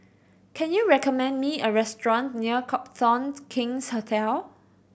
can you recommend me a restaurant near Copthorne King's Hotel